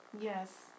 Yes